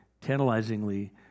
tantalizingly